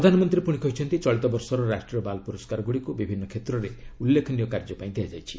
ପ୍ରଧାନମନ୍ତ୍ରୀ ପୁଣି କହିଛନ୍ତି ଚଳିତ ବର୍ଷର ରାଷ୍ଟ୍ରୀୟ ବାଲ୍ ପୁରସ୍କାର ଗୁଡ଼ିକୁ ବିଭିନ୍ନ କ୍ଷେତ୍ରରେ ଉଲ୍ଲେଖନୀୟ କାର୍ଯ୍ୟ ପାଇଁ ଦିଆଯାଇଛି